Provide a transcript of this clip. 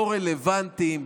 לא רלוונטיים,